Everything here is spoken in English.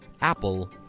Apple